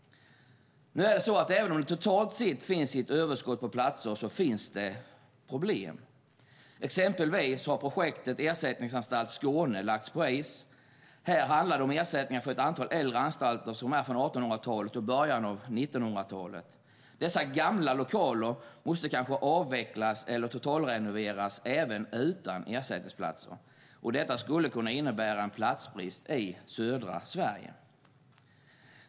Nu är det så att även om det totalt sett finns ett överskott på platser finns det problem. Exempelvis har projektet Ersättningsanstalt Skåne lagts på is. Här handlar det om ersättning av ett antal äldre anstalter som är från 1800-talet och början av 1900-talet. Dessa gamla lokaler måste kanske avvecklas eller totalrenoveras även utan ersättningsplatser. Detta skulle kunna innebära en platsbrist i södra Sverige.